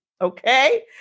Okay